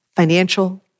financial